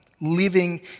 living